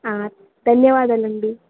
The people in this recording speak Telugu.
ధన్యవాదాలు అండి